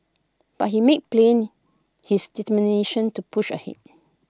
but he made plain his determination to push ahead